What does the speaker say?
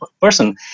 person